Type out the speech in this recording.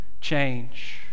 Change